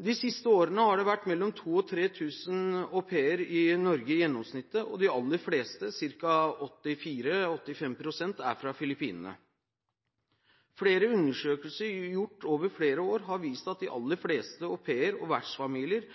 De siste årene har det gjennomsnittlig vært mellom 2 000 og 3 000 au pairer i Norge, og de aller fleste, ca. 85 pst., er fra Filippinene. Flere undersøkelser gjort over flere år har vist at de aller fleste au pairer og vertsfamilier